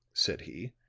said he,